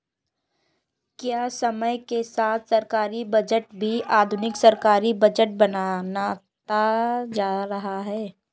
क्या समय के साथ सरकारी बजट भी आधुनिक सरकारी बजट बनता जा रहा है?